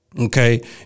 Okay